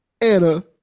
Anna